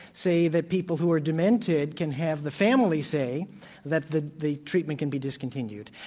say that people who are demented can have the family say that the the treatment can be discontinued.